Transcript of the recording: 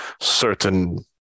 certain